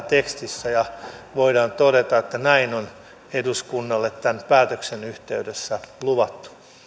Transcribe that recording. tekstissä ja voidaan todeta että näin on eduskunnalle tämän päätöksen yhteydessä luvattu